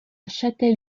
châtel